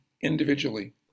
individually